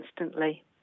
instantly